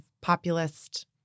populist